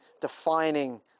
defining